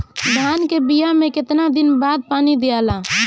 धान के बिया मे कितना दिन के बाद पानी दियाला?